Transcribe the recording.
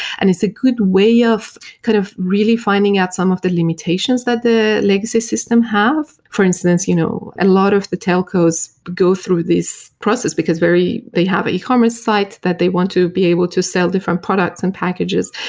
and it's a good way of kind of really finding out some of the limitations that the legacy system have. for instance, you know a lot of the telcos go through this process, because they have an ecommerce site that they want to be able to sell different products and packages,